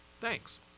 Thanks